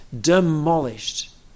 demolished